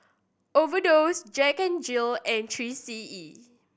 overdose Jack N Jill and Three C E